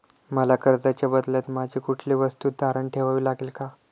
मला कर्जाच्या बदल्यात माझी कुठली वस्तू तारण ठेवावी लागेल का?